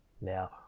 Now